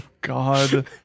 God